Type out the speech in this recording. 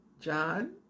John